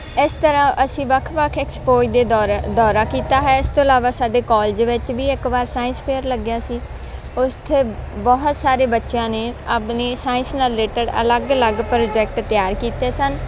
ਇਸ ਤਰ੍ਹਾਂ ਅਸੀਂ ਵੱਖ ਵੱਖ ਐਕਸਪੋਜ ਦੇ ਦੌਰ ਦੌਰਾ ਕੀਤਾ ਹੈ ਇਸ ਤੋਂ ਇਲਾਵਾ ਸਾਡੇ ਕੋਲਜ ਵਿੱਚ ਵੀ ਇੱਕ ਵਾਰ ਸਾਇੰਸ ਫੇਅਰ ਲੱਗਿਆ ਸੀ ਉੱਥੇ ਬਹੁਤ ਸਾਰੇ ਬੱਚਿਆਂ ਨੇ ਆਪਣੀ ਸਾਇੰਸ ਨਾਲ ਰਿਲੇਟਡ ਅਲੱਗ ਅਲੱਗ ਪ੍ਰੋਜੈਕਟ ਤਿਆਰ ਕੀਤੇ ਸਨ